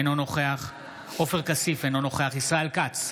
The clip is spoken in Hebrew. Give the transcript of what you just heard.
אינו נוכח עופר כסיף, אינו נוכח ישראל כץ,